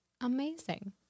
Amazing